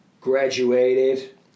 Graduated